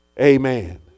Amen